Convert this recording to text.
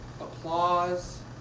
applause